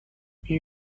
این